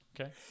Okay